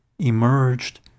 Emerged